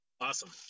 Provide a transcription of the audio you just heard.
Awesome